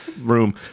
room